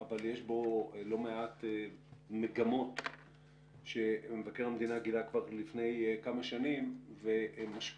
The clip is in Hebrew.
אבל יש בו לא מעט מגמות שמבקר המדינה גילה כבר לפני כמה שנים שמשפיעות,